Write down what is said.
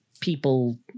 people